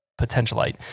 potentialite